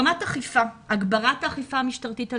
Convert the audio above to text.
ברמת האכיפה: הגברת האכיפה המשטרתית על